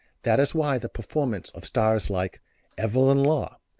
that is why the performance of stars like evelyn law,